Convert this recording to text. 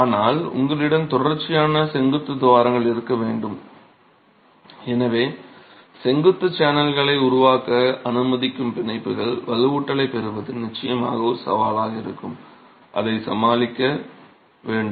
ஆனால் உங்களிடம் தொடர்ச்சியான செங்குத்து துவாரங்கள் இருக்க வேண்டும் எனவே செங்குத்து சேனல்களை உருவாக்க அனுமதிக்கும் பிணைப்புகள் வலுவூட்டலைப் பெறுவது நிச்சயமாக ஒரு சவாலாக இருக்கும் அதைச் சமாளிக்க வேண்டும்